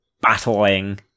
battling